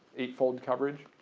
eight-fold coverage.